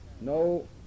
no